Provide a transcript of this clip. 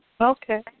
Okay